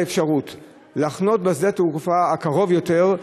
האפשרות לנחות בשדה-התעופה הקרוב יותר,